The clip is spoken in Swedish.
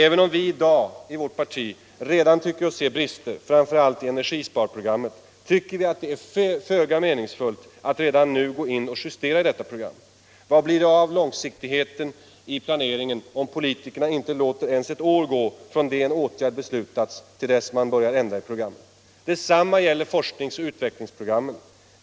Även om vi i dag i vårt parti redan tycker oss se brister, framför allt i energisparprogrammet, tycker vi att det är föga meningsfullt att redan nu gå in och justera i detta program. Vad blir det av långsiktigheten i planeringen om politikerna inte låter ens ett år gå från det att en åtgärd beslutats till dess man börjar ändra i programmen? Detsamma gäller forskningsoch utvecklingsprogrammet.